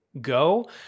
go